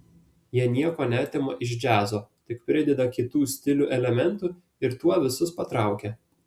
jie nieko neatima iš džiazo tik prideda kitų stilių elementų ir tuo visus patraukia